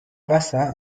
wasser